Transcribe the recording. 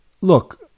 look